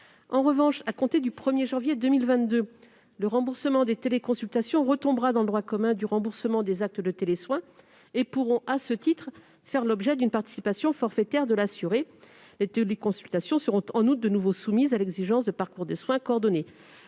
En revanche, à compter du 1 janvier 2022, le remboursement des téléconsultations retombera dans le droit commun du remboursement des actes en télésoin et pourra, à ce titre, faire l'objet d'une participation forfaitaire de l'assuré. Les téléconsultations seront en outre de nouveau soumises à l'exigence du parcours de soins coordonnés.